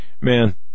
man